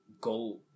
go